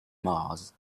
mars